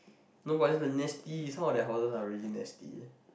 no but that is the nasty some of their houses are really nasty